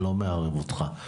לא מערב אותך.